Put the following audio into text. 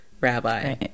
rabbi